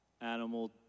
animal